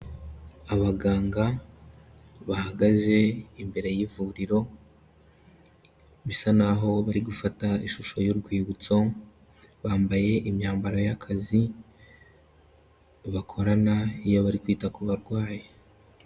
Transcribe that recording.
Abaganga bahagaze imbere y'ivuriro bisa naho bari gufata ishusho y'urwibutso, bambaye imyambaro y'akazi, bakorana iyo bari kwita ku barwayi.